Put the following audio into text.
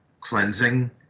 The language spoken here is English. cleansing